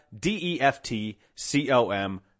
D-E-F-T-C-O-M